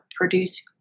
produce